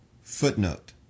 Footnote